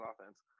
offense